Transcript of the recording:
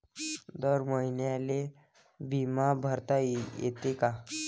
दर महिन्याले बिमा भरता येते का?